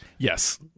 Yes